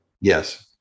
yes